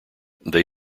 they